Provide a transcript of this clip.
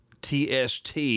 TST